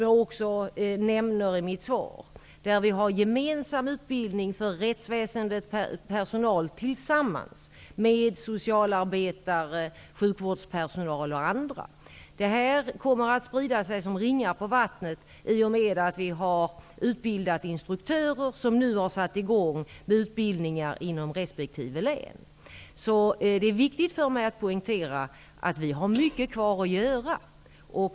Jag nämner också i mitt svar att det sker en gemensam utbildning för rättsväsendets personal tillsammans med socialarbetare, sjukvårdspersonal och andra. Detta kommer att sprida sig som ringar på vattnet i och med att utbildade instruktörer nu har satt i gång med utbildningar inom resp. län. Det är viktigt att poängtera att vi har mycket kvar att göra.